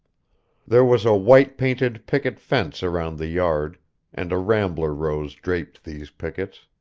there was a white-painted picket fence around the yard and a rambler rose draped these pickets.